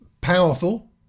powerful